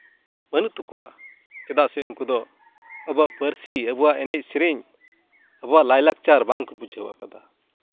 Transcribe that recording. ᱵᱟᱹᱱᱩᱜ ᱛᱟᱠᱚᱣᱟ ᱪᱮᱫᱟᱜ ᱥᱮ ᱩᱱᱠᱩ ᱫᱚ ᱟᱵᱚᱣᱟᱜ ᱯᱟᱹᱨᱥᱤ ᱟᱵᱚᱣᱟᱜ ᱮᱱᱮᱡ ᱥᱮᱨᱮᱧ ᱟᱵᱚᱣᱟᱜ ᱞᱟᱭᱼᱞᱟᱠᱪᱟᱨ ᱵᱟᱝᱠᱚ ᱵᱩᱡᱷᱟᱹᱣ ᱠᱟᱫᱟ